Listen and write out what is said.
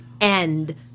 end